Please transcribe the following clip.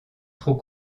trop